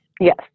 Yes